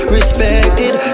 Respected